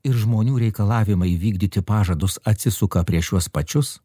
ir žmonių reikalavimai įvykdyti pažadus atsisuka prieš juos pačius